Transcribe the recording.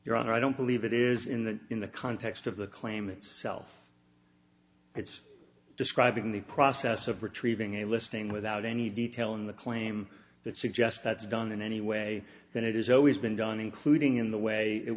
honor i don't believe it is in that in the context of the claim itself it's describing the process of retrieving a listing without any detail in the claim that suggest that's done in any way that it has always been done including in the way it